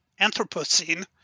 Anthropocene